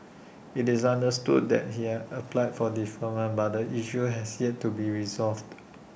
IT is understood that he has applied for deferment but the issue has yet to be resolved